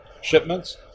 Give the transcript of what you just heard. shipments